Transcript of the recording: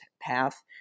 path